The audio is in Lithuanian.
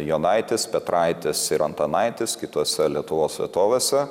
jonaitis petraitis ir antanaitis kitose lietuvos vietovėse